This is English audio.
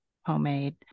homemade